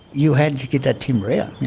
you had to get that timber yeah